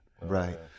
Right